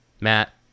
Matt